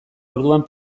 orduan